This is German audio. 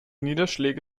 niederschläge